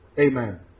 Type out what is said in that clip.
Amen